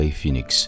Phoenix